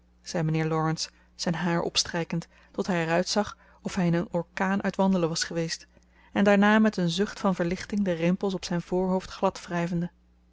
zei mijnheer laurence zijn haar opstrijkend tot hij er uitzag of hij in een orkaan uit wandelen was geweest en daarna met een zucht van verlichting de rimpels op zijn voorhoofd